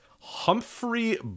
Humphrey